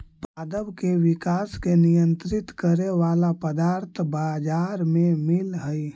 पादप के विकास के नियंत्रित करे वाला पदार्थ बाजार में मिलऽ हई